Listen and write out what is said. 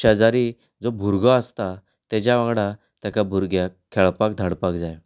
शेजारी जो भुरगो आसता ताज्या वांगडा ताका भुरग्याक खेळपाक धाडपाक जाय